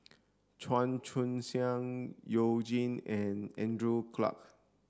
Chan Chun Sing You Jin and Andrew Clarke